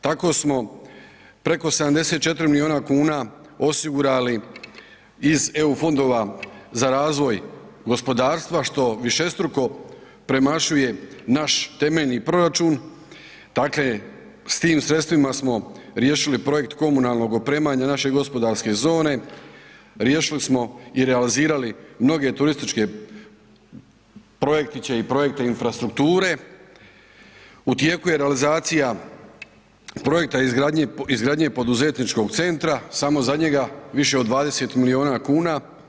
Tako smo preko 74 milijuna kuna osigurali iz EU fondova za razvoj gospodarstva što višestruko premašuje naš temeljni proračun, dakle s tim sredstvima smo riješili projekt komunalnog opremanja, naše gospodarske zone, riješili smo i realizirali mnoge turističke projektiće i projekte infrastrukture, u tijeku je realizacija projekta izgradnje poduzetničkog centra, samo za njega više od 20 milijuna kuna.